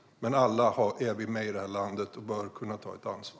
Men alla i det här landet bör kunna vara med och ta ett ansvar.